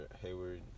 Hayward